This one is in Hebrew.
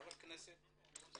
חבר הכנסת נחמן שי?